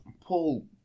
Paul